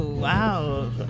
Wow